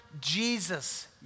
Jesus